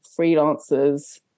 freelancers